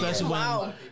Wow